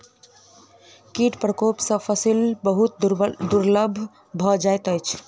कीट प्रकोप सॅ फसिल बहुत दुर्बल भ जाइत अछि